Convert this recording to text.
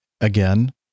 again